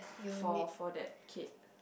for for that kid